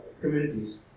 communities